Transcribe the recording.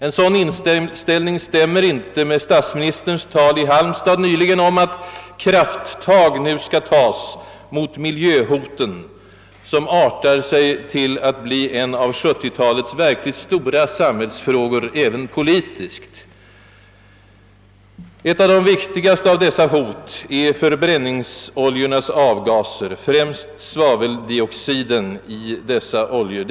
En sådan inställning överensstämmer i varje fall inte med statsministerns tal i Halmstad nyligen om att krafttag nu skall tas mot miljöhoten, som artar sig till att bli en av 1970-talets verkligt stora samhällsfrågor även politiskt. Ett av de viktigaste av dessa hot är förbränningsoljornas avgaser, främst svaveldioxiden i dessa oljor.